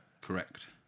correct